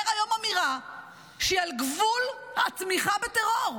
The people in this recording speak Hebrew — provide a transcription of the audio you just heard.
היום אמירה שהיא על גבול התמיכה בטרור.